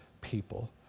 people